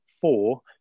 four